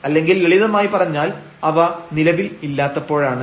അല്ലെങ്കിൽ ലളിതമായി പറഞ്ഞാൽ അവ നിലവിൽ ഇല്ലാത്തപ്പോളാണ്